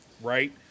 right